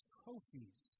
trophies